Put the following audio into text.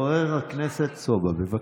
חבר הכנסת סובה, בבקשה.